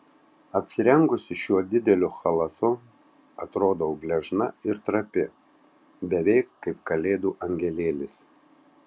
apsirengusi šiuo dideliu chalatu atrodau gležna ir trapi beveik kaip kalėdų angelėlis